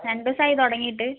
രണ്ടു ദിവസമായി തുടങ്ങിയിട്ട്